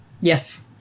Yes